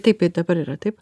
taip ir dabar yra taip